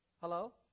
hello